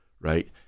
right